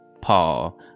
Paul